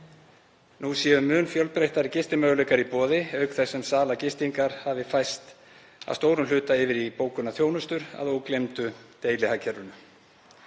Nú séu mun fjölbreyttari gistimöguleikar í boði auk þess sem sala gistingar hafi færst að stórum hluta yfir í bókunarþjónustur að ógleymdu deilihagkerfinu.